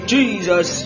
Jesus